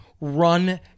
run